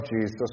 Jesus